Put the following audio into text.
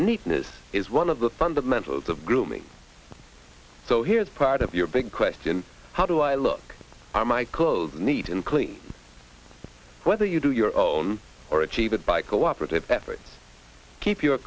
neatness is one of the fundamentals of grooming so here's part of your big question how do i look are my clothes neat and clean whether you do your own or achieve it by cooperative effort to keep your